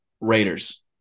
Raiders